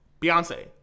Beyonce